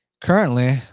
Currently